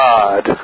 God